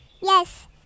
Yes